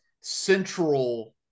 central